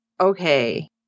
okay